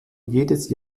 jedes